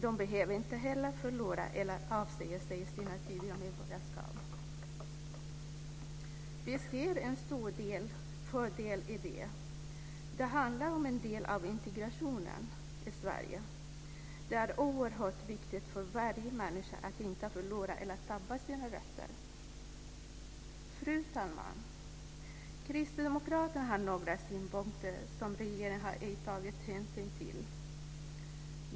De behöver inte heller förlora eller avsäga sig sina tidigare medborgarskap. Vi ser en stor fördel i det. Det handlar om en del av integrationen i Sverige. Det är oerhört viktigt för varje människa att inte förlora eller tappa sin rötter. Fru talman! Kristdemokraterna har några synpunkter som regeringen ej har tagit hänsyn till.